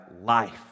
life